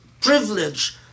privilege